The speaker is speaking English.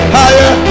higher